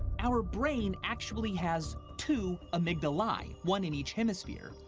our brain actually has two amygdalae one in each hemisphere.